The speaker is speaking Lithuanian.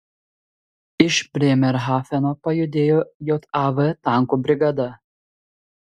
iš brėmerhafeno pajudėjo jav tankų brigada